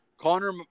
connor